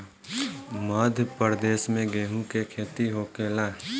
मध्यप्रदेश में गेहू के खेती होखेला